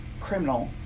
criminal